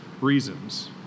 reasons